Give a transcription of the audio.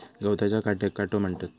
गवताच्या काट्याक काटो म्हणतत